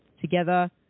together